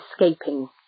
escaping